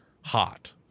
hot